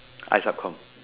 I sub com